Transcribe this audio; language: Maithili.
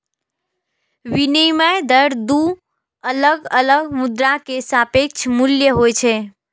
विनिमय दर दू अलग अलग मुद्रा के सापेक्ष मूल्य होइ छै